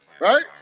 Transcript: right